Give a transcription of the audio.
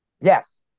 Yes